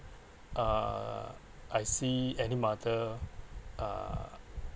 uh I see any mother uh